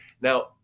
now